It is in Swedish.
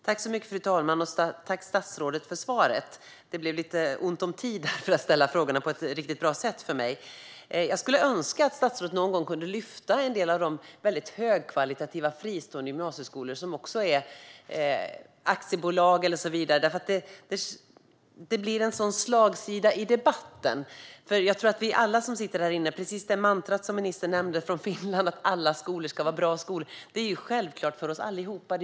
Fru talman! Tack, statsrådet, för svaret! Det blev lite ont om tid för att ställa frågorna på ett riktigt bra sätt. Jag skulle önska att statsrådet någon gång kunde lyfta fram en del av de väldigt högkvalitativa fristående gymnasieskolor som också är aktiebolag och så vidare, för det blir en sådan slagsida i debatten. Ministern nämnde det finska mantrat om att alla skolor ska vara bra skolor, och det är ju självklart även för alla oss som sitter här inne.